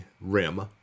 rim